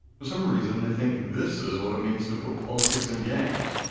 for some reason they think this is what it means to put politics in games,